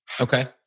Okay